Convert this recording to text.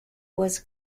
was